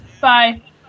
Bye